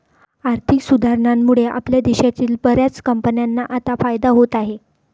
आर्थिक सुधारणांमुळे आपल्या देशातील बर्याच कंपन्यांना आता फायदा होत आहे